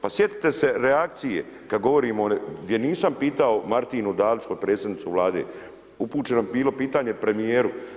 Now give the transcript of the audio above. Pa sjetite se reakcije kad govorimo, gdje nisam pitao Marinu Dalić, potpredsjednicu Vlade, upućeno je bilo pitanje premijeru.